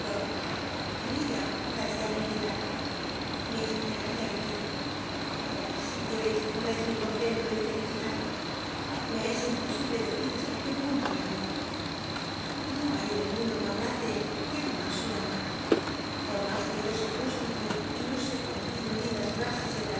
por ella daria mi ida lit da id oh si yierais cual es mi contento y felicidad me es imposible decir hasta qué punto la amo no hay en el mundo magnate que ame mas su dama por mas que yo sea un rústico y no sepa decir en lindas f'tases